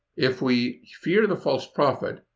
if we fear the false prophet,